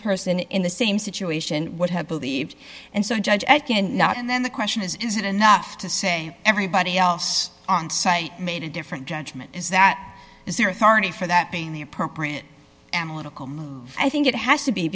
person in the same situation would have believed and so judge i cannot and then the question is is it enough to say everybody else on sight made a different judgment is that is their authority for that being the appropriate analytical i think it has to be